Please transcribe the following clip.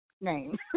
name